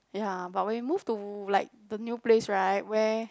ya but when we move to like the new place right where